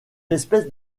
espèces